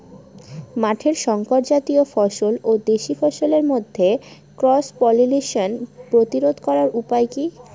মাঠের শংকর জাতীয় ফসল ও দেশি ফসলের মধ্যে ক্রস পলিনেশন প্রতিরোধ করার উপায় কি?